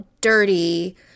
dirty